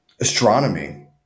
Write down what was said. astronomy